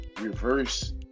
reverse